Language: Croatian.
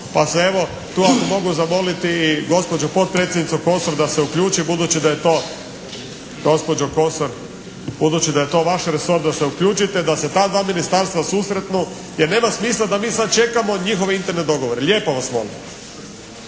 Pa se evo, tu ako mogu zamoliti i gospođu potpredsjednicu Kosor da se uključi budući da je to, gospođo Kosor budući da je to vaš resor da se uključite. Da se ta dva ministarstva susretnu jer nema smisla da mi sad čekamo njihove interne dogovore. Lijepo vas molim.